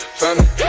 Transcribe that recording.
family